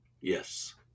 Yes